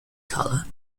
colour